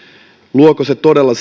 todella